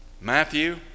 Matthew